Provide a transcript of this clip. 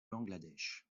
bangladesh